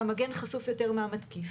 והמגן חשוף יותר מהמתקיף.